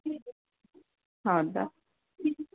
ಹೌದಾ